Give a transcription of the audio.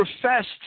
professed